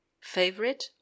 favorite